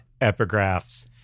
epigraphs